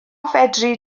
fedri